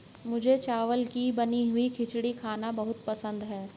मुझे चावल की बनी हुई खिचड़ी खाना बहुत पसंद है